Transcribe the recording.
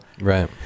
Right